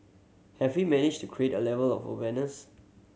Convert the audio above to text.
have we managed to create a level of awareness